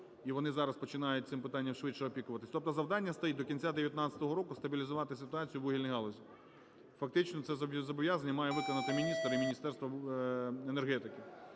і вони зараз починають цим питанням швидше опікуватися. Тобто завдання стоїть: до кінця 2019 року стабілізувати ситуацію в вугільній галузі. Фактично це зобов'язання має виконати міністр і Міністерство енергетики.